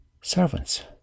servants